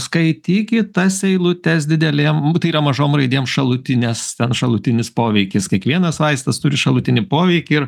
skaitykit tas eilutes didelėm tai yra mažom raidėm šalutines ten šalutinis poveikis kiekvienas vaistas turi šalutinį poveikį